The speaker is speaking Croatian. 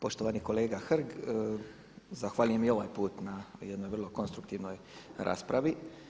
Poštovani kolega Hrg, zahvaljujem i ovaj put na jednoj vrlo konstruktivnoj raspravi.